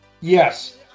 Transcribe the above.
Yes